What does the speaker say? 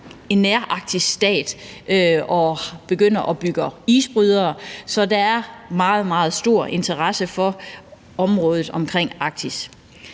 en nærarktisk stat og begynder at bygge isbrydere. Så der er meget, meget stor interesse for området omkring Arktis.